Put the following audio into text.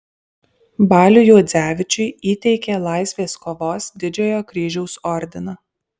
baliui juodzevičiui įteikė laisvės kovos didžiojo kryžiaus ordiną